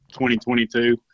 2022